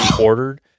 ordered